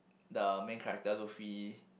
the main character Luffy